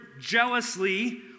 jealously